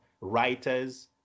writers